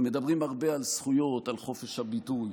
מדברים הרבה על זכויות, על חופש הביטוי.